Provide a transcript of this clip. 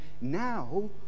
now